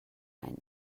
ein